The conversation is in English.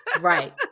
Right